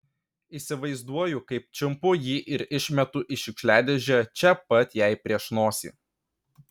įsivaizduoju kaip čiumpu jį ir išmetu į šiukšliadėžę čia pat jai prieš nosį